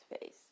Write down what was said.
face